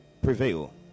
prevail